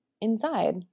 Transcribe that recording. inside